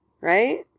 right